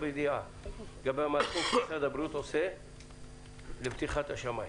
ידיעה לגבי המהלכים שמשרד הבריאות עושה לפתיחת השמיים.